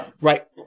right